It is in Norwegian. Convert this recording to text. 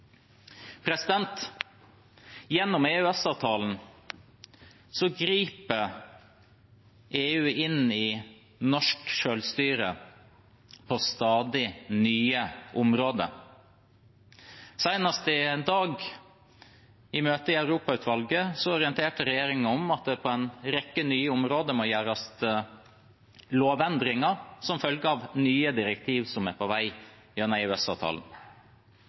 Gjennom EØS-avtalen griper EU inn i norsk selvstyre på stadig nye områder. Senest i dag, i møtet i Europautvalget, orienterte regjeringen om at det på en rekke nye områder må gjøres lovendringer som følge av nye direktiv som er på vei